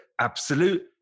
Absolute